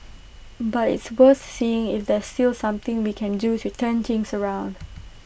but it's worth seeing if there's still something we can do to turn things around